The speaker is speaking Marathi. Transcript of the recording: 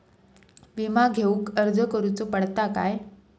विमा घेउक अर्ज करुचो पडता काय?